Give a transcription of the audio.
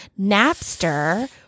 napster